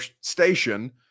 station